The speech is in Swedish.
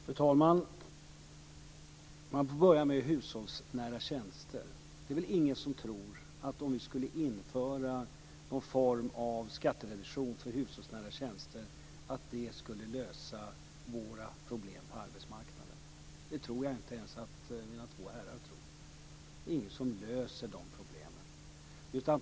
Fru talman! Jag börjar med hushållsnära tjänster. Det är väl ingen som tror att om det skulle införas någon form av skattereduktion för hushållsnära tjänster att det skulle lösa våra problem på arbetsmarknaden. Det tror jag inte ens att mina två herrar här tror. Det är inget som löser de problemen.